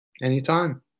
Anytime